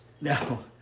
No